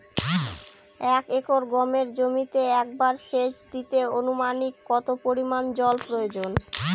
এক একর গমের জমিতে একবার শেচ দিতে অনুমানিক কত পরিমান জল প্রয়োজন?